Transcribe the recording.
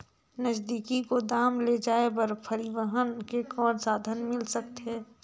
नजदीकी गोदाम ले जाय बर परिवहन के कौन साधन मिल सकथे?